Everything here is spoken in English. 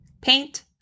Paint